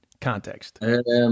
context